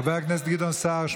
חבר הכנסת גדעון סער,